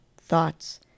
thoughts